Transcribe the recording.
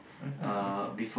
mmhmm mmhmm